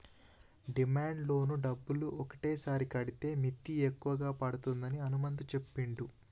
demand loan డబ్బులు ఒకటేసారి కడితే మిత్తి ఎక్కువ పడుతుందని హనుమంతు చెప్పిండు